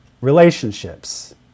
relationships